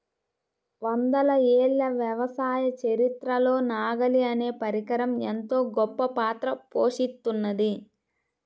వందల ఏళ్ల వ్యవసాయ చరిత్రలో నాగలి అనే పరికరం ఎంతో గొప్పపాత్ర పోషిత్తున్నది